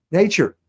nature